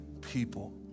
people